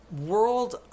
World